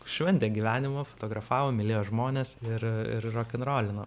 šventė gyvenimą fotografavo mylėjo žmones ir ir rokenrolino